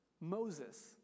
Moses